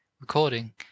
Recording